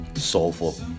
soulful